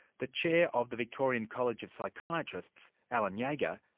the chair of the victorian college of psychiatrists, alan yeah jager,